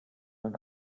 und